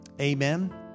Amen